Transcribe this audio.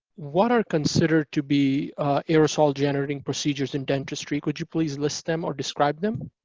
what are considered to be aerosol-generating procedures in dentistry? could you please list them or describe them?